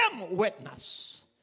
witness